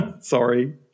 Sorry